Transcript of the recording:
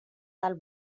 del